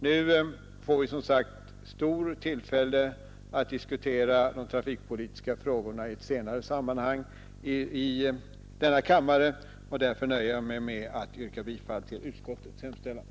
Vi får, som sagt, tillfälle att diskutera de trafikpolitiska frågorna i ett senare sammanhang i kammaren och därför nöjer jag mig med att yrka bifall till utskottets hemställan.